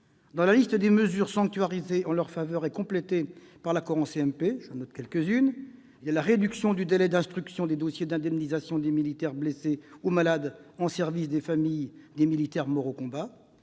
Dans la liste des mesures sanctuarisées en leur faveur et complétées par l'accord en CMP figurent notamment la réduction du délai d'instruction des dossiers d'indemnisation des militaires blessés ou malades en service et des familles des militaires morts au combat,